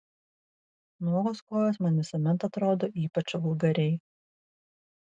nuogos kojos man visuomet atrodo ypač vulgariai